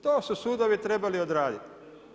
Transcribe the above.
To su sudovi trebali odraditi.